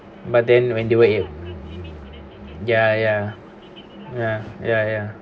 but then when they were at ya ya ya ya ya